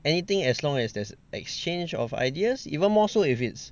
anything as long as there's exchange of ideas even more so if it's